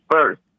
first